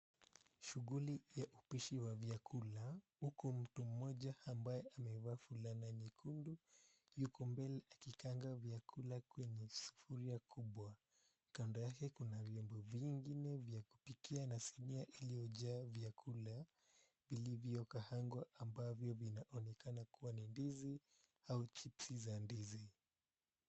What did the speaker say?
Shughuli ya upishi wa vyakula, huku mtu mmoja ambaye amevaa fulana nyekundu yuko mbele akikaanga vyakula kwenye sufuria kubwa. Kando yake kuna vyombo vingine vya kupikia na sinia iliyojaa vyakula vilivyo kaangwa ambavyo vinaonekana kuwa ni ndizi au chipsi za ndizi.